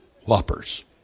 whoppers